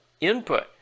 input